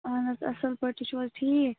اَہَن حظ اَصٕل پٲٹھۍ تُہۍ چھُ حظ ٹھیٖک